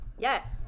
Yes